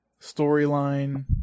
storyline